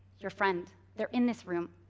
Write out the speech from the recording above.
your friend, they're in this room.